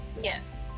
Yes